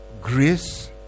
grace